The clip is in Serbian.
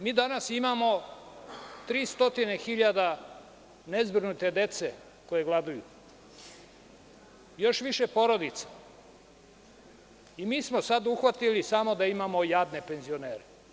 Mi danas imamo 300 hiljada nezbrinute dece koja gladuju, još više porodica i mi smo sada uhvatili samo da imamo jadne penzionere.